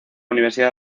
universidad